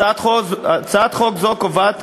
הצעת חוק זו קובעת